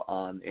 on